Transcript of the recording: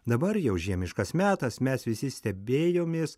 dabar jau žiemiškas metas mes visi stebėjomės